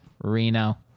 Reno